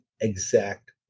exact